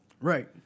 Right